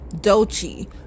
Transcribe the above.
Dolce